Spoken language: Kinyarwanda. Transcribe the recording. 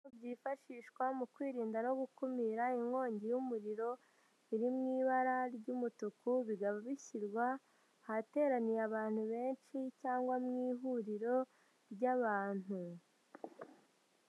Ibicupa byifashishwa mu kwirinda no gukumira inkongi y'umuriro, iri mu ibara ry'umutuku bikaba bishyirwa ahateraniye abantu benshi cyangwa mu ihuriro ry'abantu.